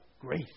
Grace